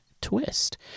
twist